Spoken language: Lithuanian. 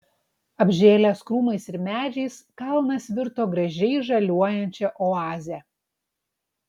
apžėlęs krūmais ir medžiais kalnas virto gražiai žaliuojančia oaze